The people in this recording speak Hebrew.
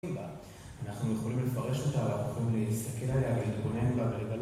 אנחנו יכולים לפרש אותה, אבל אנחנו יכולים להסתכל עליה ולתבונן אותה